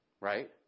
right